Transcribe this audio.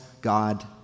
God